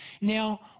Now